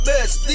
Best